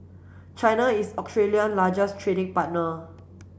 China is Australia largest trading partner